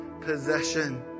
possession